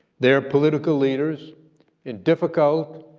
their political leaders in difficult,